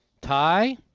Tie